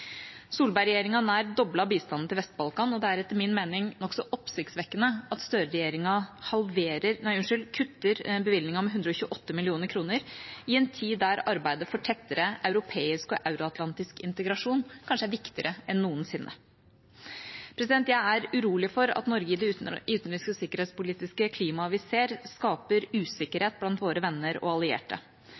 nær doblet bistanden til Vest-Balkan, og det er etter min mening nokså oppsiktsvekkende at Støre-regjeringa kutter bevilgningen med 128 mill. kr, i en tid da arbeidet for tettere europeisk og euroatlantisk integrasjon kanskje er viktigere enn noensinne. Jeg er urolig for at Norge i det utenriks- og sikkerhetspolitiske klimaet vi ser, skaper usikkerhet blant våre venner og allierte.